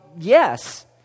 Yes